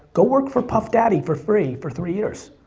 go work for puff daddy for free for three years,